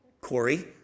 Corey